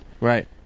right